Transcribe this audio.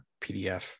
PDF